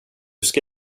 ska